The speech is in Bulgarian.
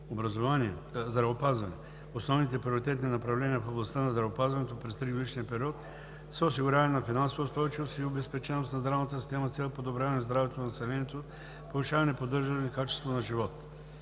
млн. лв. - Здравеопазване. Основните приоритетни направления в областта на здравеопазването през тригодишния период са осигуряване на финансова устойчивост и обезпеченост на здравната система с цел подобряване здравето на населението, повишаване и поддържане качеството на живот.